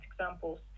examples